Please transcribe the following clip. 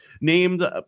Named